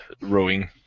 rowing